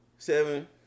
seven